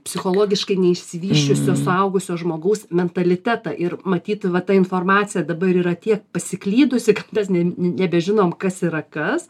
psichologiškai neišsivysčiusio suaugusio žmogaus mentalitetą ir matyt vat ta informacija dabar yra tiek pasiklydusi kad mes nebežinom kas yra kas